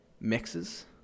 mixes